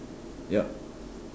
yup